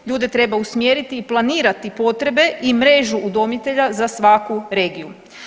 Ljude treba usmjeriti i planirati potrebe i mrežu udomitelja za svaku regiju.